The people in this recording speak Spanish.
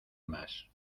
más